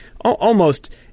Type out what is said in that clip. almost-